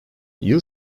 yıl